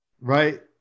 right